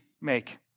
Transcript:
make